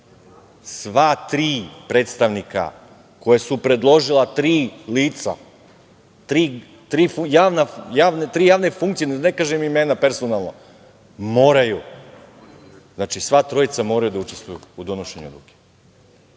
sva tri predstavnika koje su predložila tri lica, tri javne funkcije, ne kažem imena personalno, moraju, znači sva trojica moraju da učestvuju u donošenju odluke.I